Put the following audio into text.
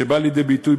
שבא לידי ביטוי,